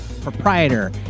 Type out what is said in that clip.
proprietor